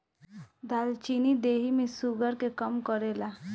दालचीनी देहि में शुगर के कम करेला